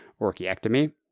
orchiectomy